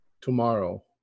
tomorrow